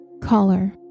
Caller